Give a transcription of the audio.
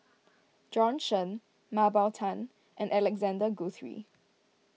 Bjorn Shen Mah Bow Tan and Alexander Guthrie